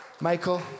Michael